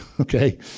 okay